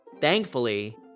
Thankfully